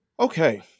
Okay